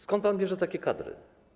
Skąd pan bierze takie kadry?